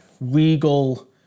regal